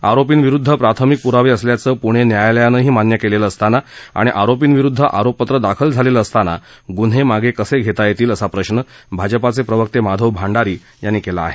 आरोपींविरुदध प्राथमिक प्रावे असल्याचं प्णे न्यायालयानही मान्य केलेलं असताना आणि आरोपींविरूदध आरोपपत्र दाखल झालेलं असताना गून्हे मागे कसे घेता येतील असा प्रश्न भाजपाचे प्रवक्ते माधव भंडारी यांनी केला आहे